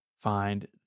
find